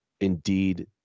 Indeed